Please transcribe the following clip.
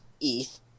ETH